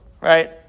right